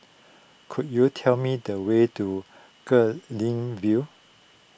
could you tell me the way to Guilin View